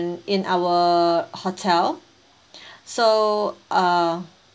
in our hotel so uh